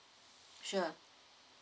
sure